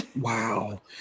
Wow